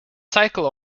cycle